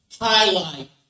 highlight